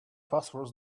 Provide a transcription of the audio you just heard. passwords